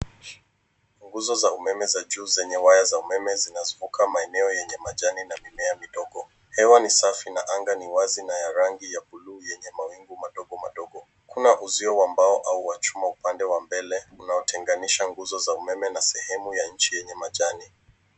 Nguzo za umeme za juu zenye waya za umeme zinazunguka maeneo yenye majani na mimea midogo. Hewa ni safi na anga ni wazi na ya rangi ya buluu yenye mawingu madogo madogo. Kuna uzio wa mbao au wa chuma upande wa mbele unaotenganisha nguzo za umeme na sehemu ya nchi yenye majani.